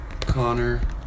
Connor